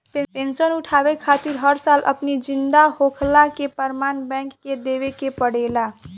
pension उठावे खातिर हर साल अपनी जिंदा होखला कअ प्रमाण बैंक के देवे के पड़ेला